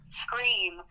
scream